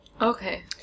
Okay